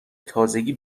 تازگی